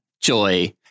Joy